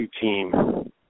team